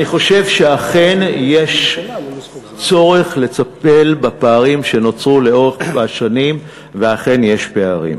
אני חושב שאכן יש צורך לטפל בפערים שנוצרו לאורך השנים ואכן יש פערים.